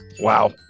wow